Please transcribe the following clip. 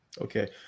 Okay